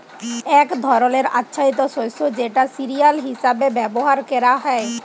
এক ধরলের আচ্ছাদিত শস্য যেটা সিরিয়াল হিসেবে ব্যবহার ক্যরা হ্যয়